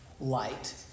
light